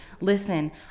listen